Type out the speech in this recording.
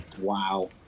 Wow